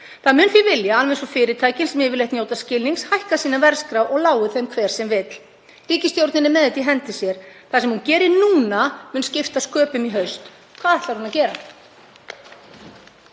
Það mun því vilja, alveg eins og fyrirtækin sem yfirleitt njóta skilnings, hækka sína verðskrá og lái þeim hver sem vill. Ríkisstjórnin er með þetta í hendi sér. Það sem hún gerir núna mun skipta sköpum í haust. Hvað ætlar hún að gera?